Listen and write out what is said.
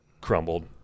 crumbled